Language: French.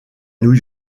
new